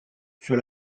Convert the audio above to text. sur